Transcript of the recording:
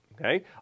Okay